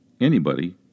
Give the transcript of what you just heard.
anybody